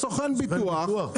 סוכן הביטוח.